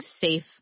safe